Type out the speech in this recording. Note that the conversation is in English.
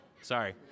Sorry